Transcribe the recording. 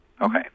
Okay